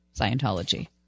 Scientology